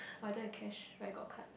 oh I don't have cash but I got card